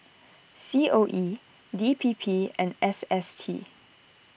C O E D P P and S S T